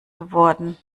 geworden